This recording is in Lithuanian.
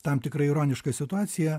tam tikra ironiška situacija